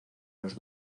los